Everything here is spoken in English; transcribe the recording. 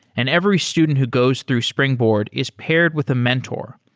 and every student who goes through springboard is paired with a mentor,